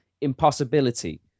impossibility